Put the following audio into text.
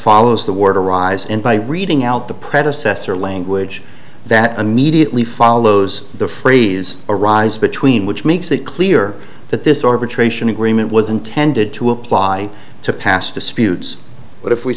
follows the word arise and by reading out the predecessor language that immediately follows the phrase arise between which makes it clear that this arbitration agreement was intended to apply to past disputes but if we